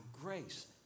grace